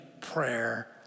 prayer